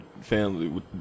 family